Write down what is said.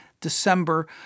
December